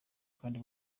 kandi